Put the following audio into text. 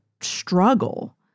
struggle